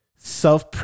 Self